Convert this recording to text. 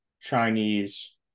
Chinese